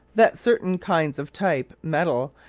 that certain kinds of type metal,